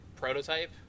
Prototype